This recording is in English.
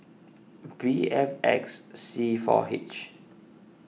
B F X C four H